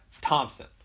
Thompson